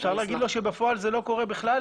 אפשר לומר שבפועל זה לא קורה בכלל?